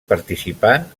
participant